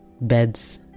beds